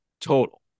total